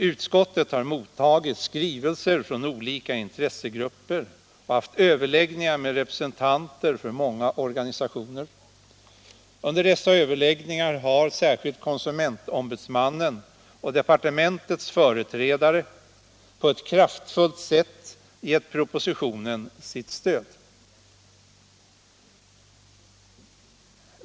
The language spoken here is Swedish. Utskottet har mottagit skrivelser från olika intressegrupper och haft överläggningar med representanter för många organisationer. Under dessa överläggningar har särskilt konsumentombudsmannen och departementets företrädare på ett kraftfullt sätt givit propositionen sitt stöd.